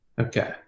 Okay